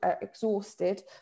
exhausted